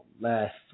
Last